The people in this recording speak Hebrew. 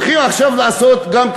הולכים עכשיו לעשות גם,